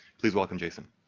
please welcome, jason.